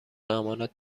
امانات